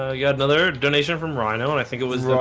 ah got another donation from rino and i think it was